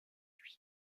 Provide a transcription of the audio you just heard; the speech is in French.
lui